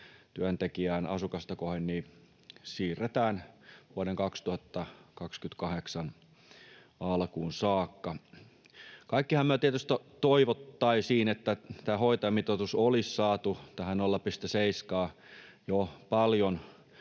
työntekijään asukasta kohden siirretään vuoden 2028 alkuun saakka. Kaikkihan me tietysti toivoisimme, että hoitajamitoitus olisi saatu 0,7:ään jo paljon